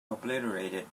obliterated